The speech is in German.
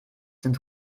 sind